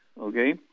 okay